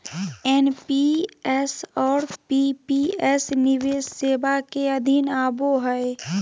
NPS और PPS निवेश सेवा के अधीन आवो हय